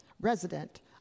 resident